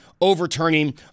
overturning